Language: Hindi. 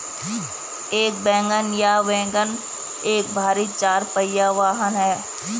एक वैगन या वाग्गन एक भारी चार पहिया वाहन है